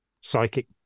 psychic